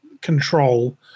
control –